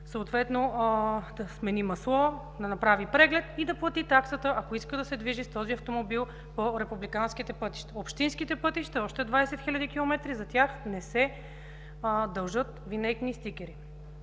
съответно смяната на маслото, да направи преглед и да плати таксата, ако иска да се движи с този автомобил по републиканските пътища. Общинските пътища – още 20 хил. км, за тях не се дължат винетни стикери.